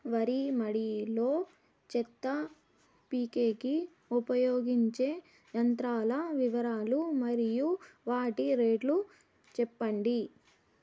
వరి మడి లో చెత్త పీకేకి ఉపయోగించే యంత్రాల వివరాలు మరియు వాటి రేట్లు చెప్పండి?